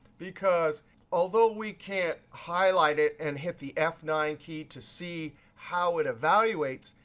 because although we can't highlight it and hit the f nine key to see how it evaluates,